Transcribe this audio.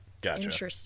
Gotcha